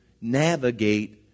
navigate